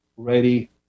ready